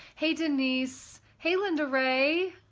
hey denise, hey lindarae.